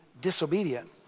disobedient